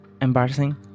Embarrassing